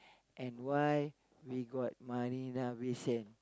and why we got Marina-Bay-Sands